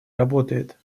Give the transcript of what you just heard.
работает